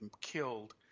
killed